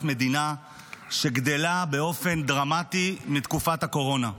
מדינה שגדלה באופן דרמטי מתקופת הקורונה.